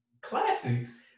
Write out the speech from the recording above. classics